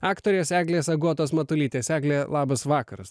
aktorės eglės agotos matulytės egle labas vakaras